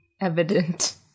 evident